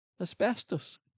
asbestos